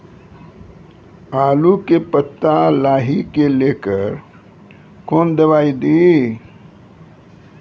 आलू के पत्ता लाही के लेकर कौन दवाई दी?